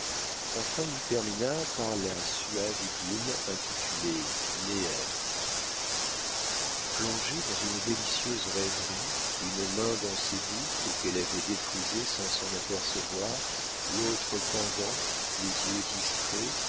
enfin il termina par la suave idylle intitulée néère plongée dans une délicieuse rêverie une main dans ses boucles qu'elle avait défrisées sans s'en apercevoir l'autre pendant les yeux distraits